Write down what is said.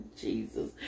Jesus